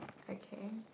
okay